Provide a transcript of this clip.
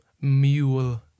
mule